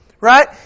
Right